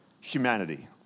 humanity